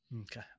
Okay